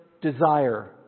desire